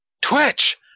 Twitch